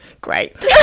Great